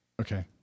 Okay